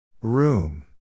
Room